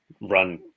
run